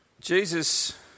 Jesus